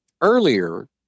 Earlier